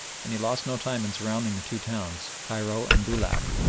and he lost no time in surrounding the two towns, cairo and boulac,